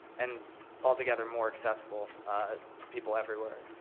and all together more accessible to people everywhere.